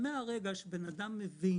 מהרגע שאדם מבין